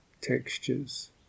textures